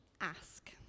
ask